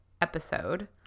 episode